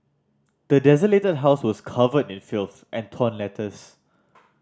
the desolated house was covered in filth and torn letters